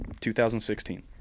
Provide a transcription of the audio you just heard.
2016